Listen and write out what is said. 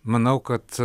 manau kad